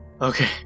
Okay